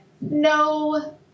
no